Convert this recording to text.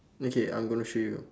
okay I'm going to show you